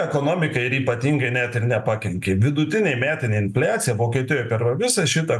ekonomikai ir ypatingai net ir nepakenkė vidutinė metinė infliacija vokietijoj per visą šitą